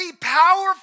powerful